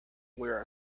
wear